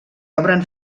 obren